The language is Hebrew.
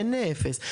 אין אפס.